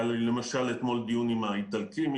היה לי למשל אתמול דיון עם האיטלקים,